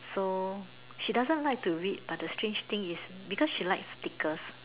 so she doesn't like to read but the strange thing is because she likes stickers